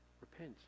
Repent